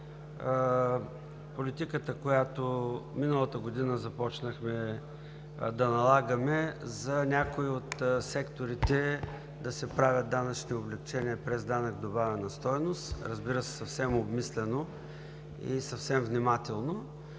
политиката, която миналата година започнахме да налагаме за някои от секторите да се правят данъчни облекчения през данък добавена стойност. Разбира се, съвсем обмислено и съвсем внимателно